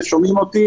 אלי.